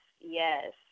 yes